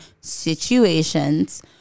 situations